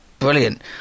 brilliant